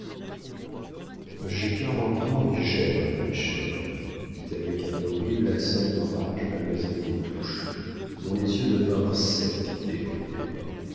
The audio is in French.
j'ai quarante ans et j'aime ma chère dit avec un horrible accent de rage mademoiselle des touches dont les yeux devinrent secs et brillants